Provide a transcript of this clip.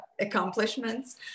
accomplishments